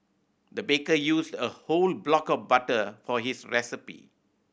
the baker used a whole block of butter for his recipe